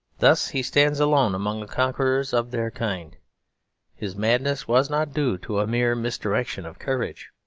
thus he stands alone among the conquerors of their kind his madness was not due to a mere misdirection of courage.